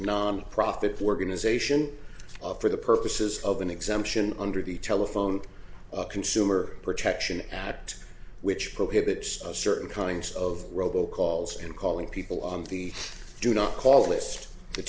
nonprofit organization for the purposes of an exemption under the telephone consumer protection act which prohibits certain kinds of robo calls and calling people on the do not call list the